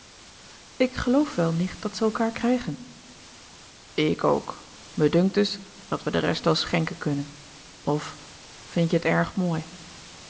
ik geloof wel nicht dat ze elkaar krijgen ik ook me dunkt dus dat we de rest wel schenken kunnen of vind jij het erg mooi